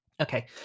Okay